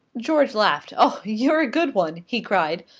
george laughed. oh, you're a good one! he cried.